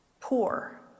poor